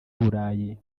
burayi